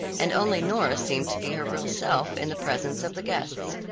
and only nora seemed to be her real self in the presence of the guests.